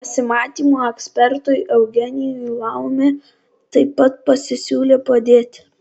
pasimatymų ekspertui eugenijui laumė taip pat pasisiūlė padėti